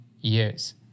years